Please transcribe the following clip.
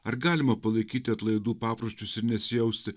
ar galima palaikyti atlaidų papročius ir nesijausti